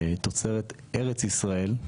תוצרת ארץ ישראל.